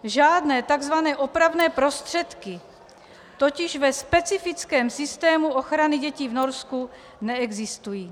Žádné tzv. opravné prostředky totiž ve specifickém systému ochrany dětí v Norsku neexistují.